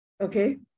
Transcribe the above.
Okay